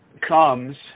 comes